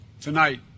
tonight